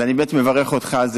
אז אני באמת מברך אותך.